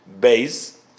Base